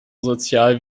sozial